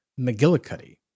McGillicuddy